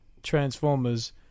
transformers